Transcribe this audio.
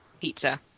Pizza